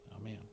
Amen